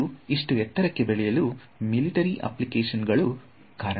ಇದು ಇಷ್ಟು ಎತ್ತರಕ್ಕೆ ಬೆಳೆಯಲು ಮಿಲಿಟರಿ ಅಪ್ಲಿಕೇಶನ್ ಗಳು ಕಾರಣ